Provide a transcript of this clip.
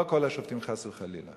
לא כל השופטים חס וחלילה.